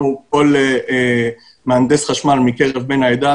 כל מהנדס חשמל מקרב בן העדה,